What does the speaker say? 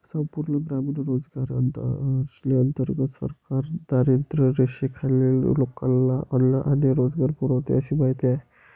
संपूर्ण ग्रामीण रोजगार योजनेंतर्गत सरकार दारिद्र्यरेषेखालील लोकांना अन्न आणि रोजगार पुरवते अशी माहिती आहे